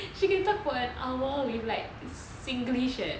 she can talk for an hour with like singlish eh